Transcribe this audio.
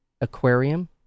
aquarium